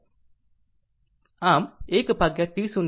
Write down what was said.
આમ 1 ભાગ્યા T 0 થી dt vdt